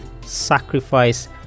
Sacrifice